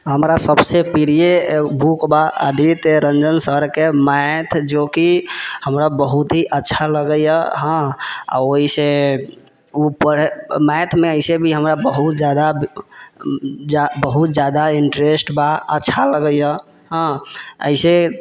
हमरा सबसँ प्रिय बुक बा आदित्य रञ्जन सरके मैथ जेकि हमरा बहुत ही अच्छा लगैए हँ आओर ओहिसँ ओ पढ़ैमे मैथमे एहिसँ भी हमरा बहुत ज्यादा बहुत ज्यादा हमरा इन्टरेस्ट बा अच्छा लगैए हँ एहिसँ